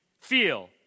feel